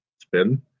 spin